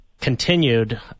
continued